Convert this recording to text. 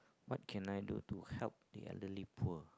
what can I do to help the elderly poor